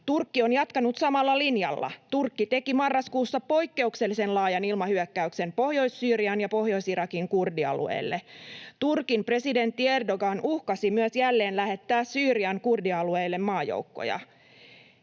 Turkki on jatkanut samalla linjalla: Turkki teki marraskuussa poikkeuksellisen laajan ilmahyökkäyksen Pohjois-Syyrian ja Pohjois-Irakin kurdialueille. Turkin presidentti Erdoğan uhkasi myös jälleen lähettää Syyrian kurdialueille maajoukkoja.